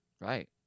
right